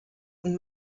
und